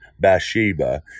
Bathsheba